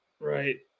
Right